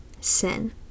sin